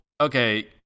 okay